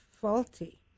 faulty